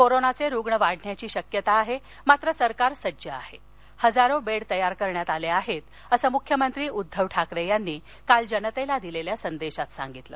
करोनाच सुग्ण वाढण्याची शक्यता आह आत्र सरकार सज्ज आह डिजारो बद्दतयार करण्यात आल आहत्त असं मुख्यमंत्री उद्दव ठाकरचिंनी काल जनतत्त दिलखिा संदधीत सांगितलं